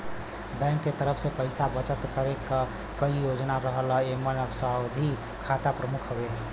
bank के तरफ से पइसा बचत करे क कई योजना रहला एमन सावधि खाता प्रमुख हउवे